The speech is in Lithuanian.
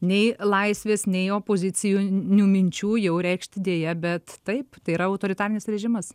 nei laisvės nei opozicinių minčių jau reikšti deja bet taip tai yra autoritarinis režimas